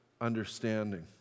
understanding